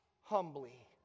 humbly